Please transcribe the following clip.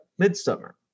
Midsummer